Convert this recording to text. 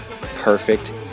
perfect